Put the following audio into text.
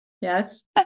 yes